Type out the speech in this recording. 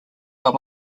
are